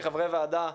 כחברי ועדה,